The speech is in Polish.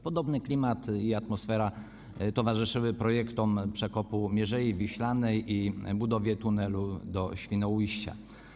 Podobny klimat i atmosfera towarzyszyły projektom przekopu Mierzei Wiślanej i budowie tunelu do Świnoujścia.